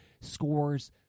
scores